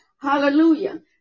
Hallelujah